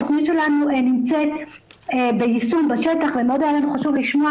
התכנית שלנו נמצאת ביישום בשטח ומאוד היה חשוב לנו לשמוע